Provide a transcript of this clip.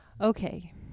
Okay